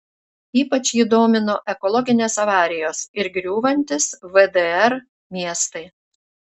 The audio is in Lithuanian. ypač jį domino ekologinės avarijos ir griūvantys vdr miestai